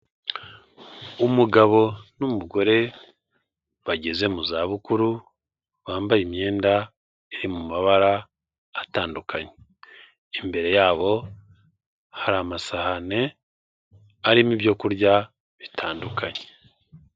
Umugabo n'umugore bageze mu zabukuru, bambaye imyenda iri mu mabara atandukanye, imbere yabo hari amasahani arimo ibyo kurya bitandukanye.